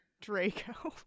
Draco